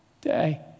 day